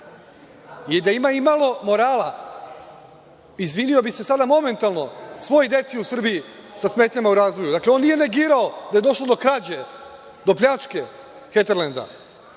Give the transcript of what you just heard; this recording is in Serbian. I da ima imalo morala, izvinio bi se sada momentalno svoj deci u Srbiji sa smetnjama u razvoju. Dakle, on nije negirao da je došlo do krađe, do pljačke „Heterlenda“,